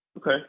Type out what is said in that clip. Okay